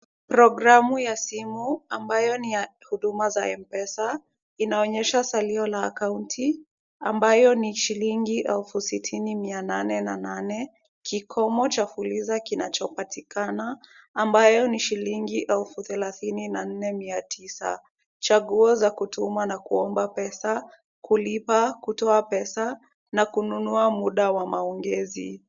Programu ya simu ambayo ni ya huduma za M-Pesa, inaonyesha salio la akaunti ambye ni shilingi elfu sitini mia nane na nane, kikomo cha fuliza kinachopatikana ambayo ni shilingi elfu thelathini na nne mia tisa, chaguo za kutuma na kuomba pesa, kulipa kutoa pesa na kununua muda wa maongezi.